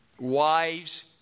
Wives